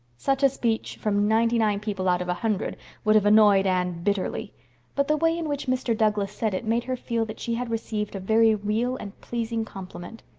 such a speech from ninety-nine people out of a hundred would have annoyed anne bitterly but the way in which mr. douglas said it made her feel that she had received a very real and pleasing compliment.